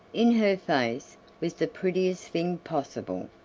in her face was the prettiest thing possible,